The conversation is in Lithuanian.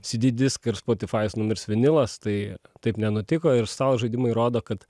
sydy disk ir spotifajus numirs vinilas tai taip nenutiko ir stalo žaidimai rodo kad